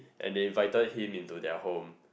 and they invited him into their home